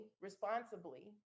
responsibly